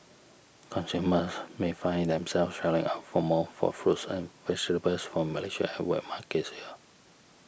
consumers may find themselves shelling out for more for fruits and vegetables from Malaysia at wet markets here